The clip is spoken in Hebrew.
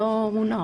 אין.